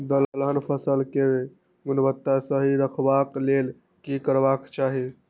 दलहन फसल केय गुणवत्ता सही रखवाक लेल की करबाक चाहि?